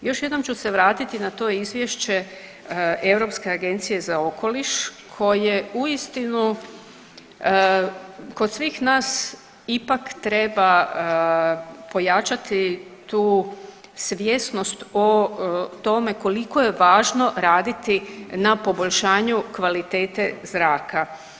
Još jednom ću se vratiti na to izvješće Europske agencije za okoliš koje uistinu kod svih nas ipak treba pojačati tu svjesnost o tome koliko je važno raditi na poboljšanju kvalitete zraka.